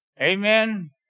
Amen